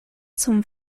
zum